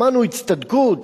שמענו הצטדקות,